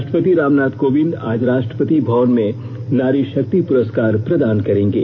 राष्ट्रपति रामनाथ कोविंद आज राष्ट्रपति भवन में नारी शक्ति पुरस्कार प्रदान करेंगे